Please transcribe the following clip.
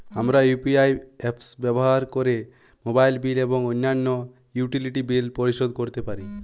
আমরা UPI apps ব্যবহার করে মোবাইল বিল এবং অন্যান্য ইউটিলিটি বিল পরিশোধ করতে পারি